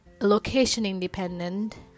location-independent